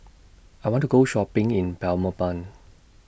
I want to Go Shopping in Belmopan